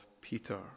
Peter